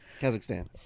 Kazakhstan